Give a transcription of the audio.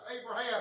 Abraham